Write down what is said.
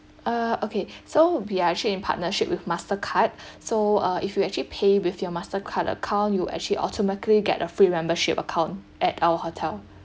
uh okay so we are actually in partnership with mastercard so uh if you actually pay with your mastercard account you actually automatically get a free membership account at our hotel